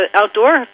outdoor